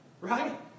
Right